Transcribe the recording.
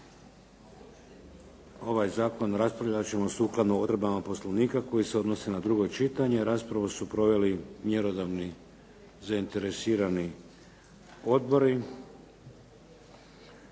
Ovaj zakon raspravljat ćemo sukladno odredbama Poslovnika koje se odnose na drugo čitanje. Raspravu su proveli mjerodavni zainteresirani odbori.